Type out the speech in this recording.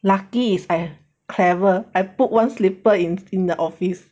lucky is I clever I put one slipper in in the office